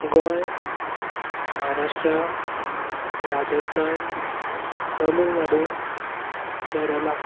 Goa Maharashtra Rajasthan Tamil Nadu Kerala